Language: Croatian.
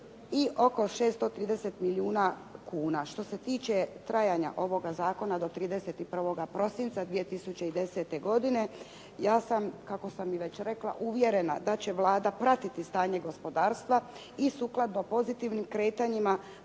i oko 630 milijuna kuna. Što se tiče trajanja ovoga zakona do 31. prosinca 2010. godine, ja sam kako sam i već rekla, uvjerena da će Vlada pratiti stanje gospodarstva i sukladno pozitivnim kretanjima